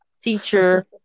teacher